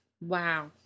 Wow